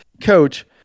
coach